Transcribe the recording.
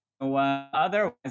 Otherwise